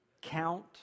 count